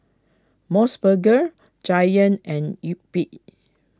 Mos Burger Giant and Yupi